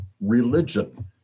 religion